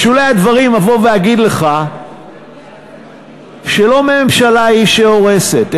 בשולי הדברים אגיד לך שלא ממשלה היא שהורסת,